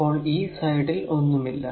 അപ്പോൾ ഈ സൈഡിൽ ഒന്നുമില്ല